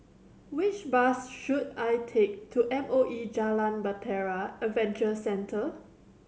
which bus should I take to M O E Jalan Bahtera Adventure Centre